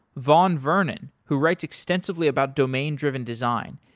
vaugn vernon who writes extensively about domain driven design,